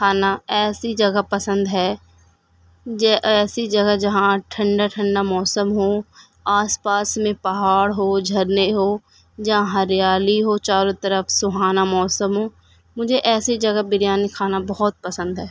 کھانا ایسی جگہ پسند ہے ایسی جگہ جہاں ٹھنڈا ٹھنڈا موسم ہو آس پاس میں پہاڑ ہو جھرنے ہو جہاں ہریالی ہو چاروں طرف سہانا موسم ہو مجھے ایسی جگہ بریانی کھانا بہت پسند ہے